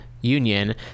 union